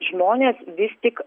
žmonės vis tik